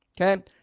Okay